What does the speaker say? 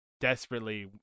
desperately